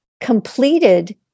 completed